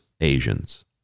Asians